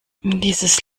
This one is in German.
dieses